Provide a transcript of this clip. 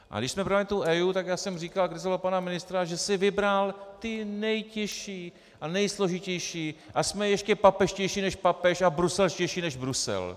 Když jsme brali tu EIA, tak já jsem říkal a kritizoval pana ministra, že si vybral ty nejtěžší a nejsložitější a jsme ještě papežštější než papež a bruselštější než Brusel.